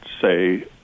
say